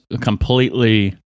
completely